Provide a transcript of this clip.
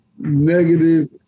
Negative